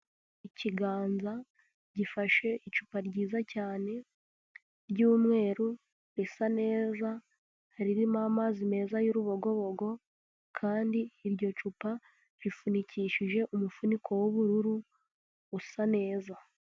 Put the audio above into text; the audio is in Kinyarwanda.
Ikiganza gifashe icupa ryiza cyane ry'umweru risa neza, hari irimo amazi meza y'urubogobogo kandi iryo cupa rifunikishije umufuniko w'ubururu usa neza.